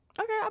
okay